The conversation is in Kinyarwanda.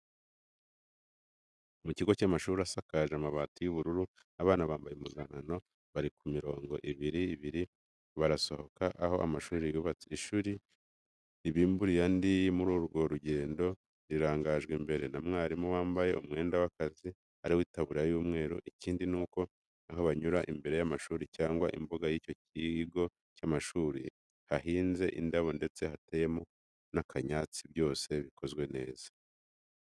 Mu kigo cy'amashuri asakaje amabati y'ubururu, abana bambaye impuzankano bari ku mirongo ibiri ibiri barasohoka aho amashuri yubatse, ishuri ribimburiye andi muri urwo rugendo, rirangajwe imbere na mwarimu wambaye umwenda w'akazi ari wo itaburiya y'umweru. Ikindi ni uko aho banyura, imbere y'amashuri cyangwa imbuga y'icyo kigo cy'amashuri, hahinze indabo ndetse hateyemo n'akanyatsi byose bikorewe neza.